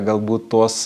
galbūt tuos